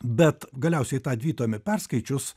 bet galiausiai tą dvitomį perskaičius